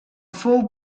fou